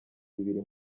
zibiri